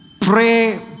Pray